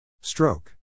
Stroke